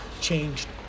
changed